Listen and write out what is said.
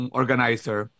organizer